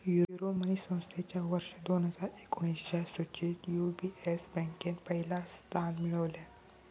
Euromoney संस्थेच्या वर्ष दोन हजार एकोणीसच्या सुचीत यू.बी.एस बँकेन पहिला स्थान मिळवल्यान